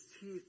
teeth